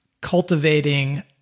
cultivating